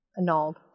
annulled